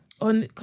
On